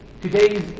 today's